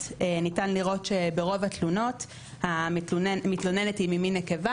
אפשר לראות שברוב התלונות המתלוננת היא ממין נקבה